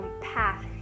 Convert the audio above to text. path